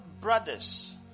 brothers